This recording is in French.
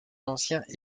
anciens